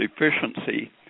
efficiency